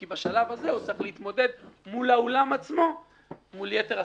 כי בשלב הזה הוא צריך להתמודד מול האולם עצמו לגבי יתר הספקים.